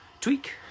Tweak